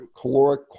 caloric